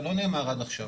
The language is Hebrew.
זה לא נאמר עד עכשיו.